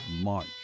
March